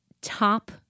top